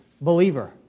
believer